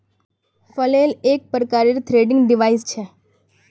flail एक प्रकारेर threshing device छ